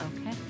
Okay